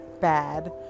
bad